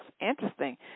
interesting